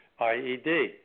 IED